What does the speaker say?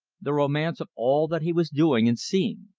the romance of all that he was doing and seeing.